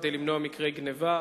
כדי למנוע מקרי גנבה,